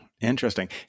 Interesting